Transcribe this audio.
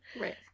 Right